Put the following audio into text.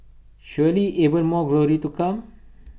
surely even more glory to come